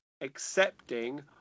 accepting